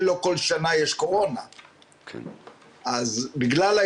יעלה לו 900 שקל ב- -- זה הפרשים,